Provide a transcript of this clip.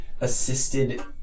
assisted